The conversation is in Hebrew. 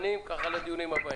גברתי.